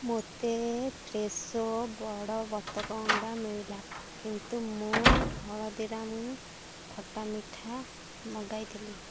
ମୋତେ ଫ୍ରେଶୋ ବଡ଼ ବତକ ଅଣ୍ଡା ମିଳିଲା କିନ୍ତୁ ମୁଁ ହଳଦୀରାମ୍ ଖଟା ମିଠା ମଗାଇଥିଲି